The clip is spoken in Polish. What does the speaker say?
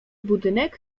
budynek